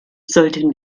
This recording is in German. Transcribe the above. sollten